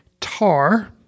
Tar